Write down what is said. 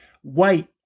white